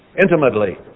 intimately